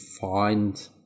find